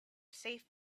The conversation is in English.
safe